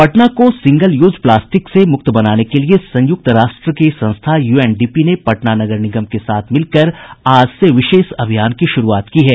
पटना को single use plastic से मुक्त बनाने के लिये संयुक्त राष्ट्र की संस्था यूएनडीपी ने पटना नगर निगम के साथ मिलकर आज से विशेष अभियान की शुरूआत की है